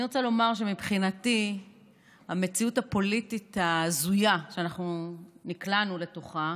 אני רוצה לומר שמבחינתי המציאות הפוליטית ההזויה שאנחנו נקלענו לתוכה